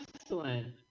excellent